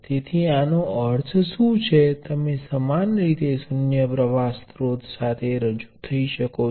તેથી આ બધા શ્રેણી અથવા સમાંતર ના એલિમેન્ટો જેવા કનેક્ટિંગનો સંદર્ભ આપે છે